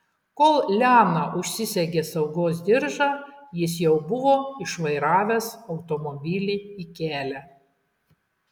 kol liana užsisegė saugos diržą jis jau buvo išvairavęs automobilį į kelią